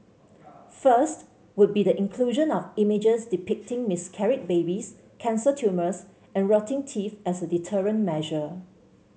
first would be the inclusion of images depicting miscarried babies cancer tumours and rotting teeth as a deterrent measure